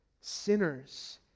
sinners